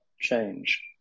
change